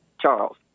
Charles